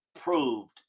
proved